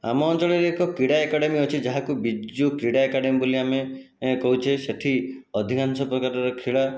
ଆମ ଅଞ୍ଚଳରେ ଏକ କ୍ରିଡ଼ା ଏକାଡ଼େମୀ ଅଛି ଯାହାକୁ ବିଜୁ କ୍ରିଡ଼ା ଏକାଡ଼େମୀ ବୋଲି ଆମେ ଏଁ କହୁଛେ ସେଇଠି ଅଧିକାଂଶ ପ୍ରକାରର କ୍ରିଡ଼ା